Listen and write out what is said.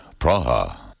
Praha